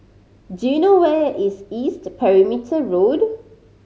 do you know where is East Perimeter Road